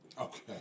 Okay